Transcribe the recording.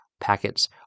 packets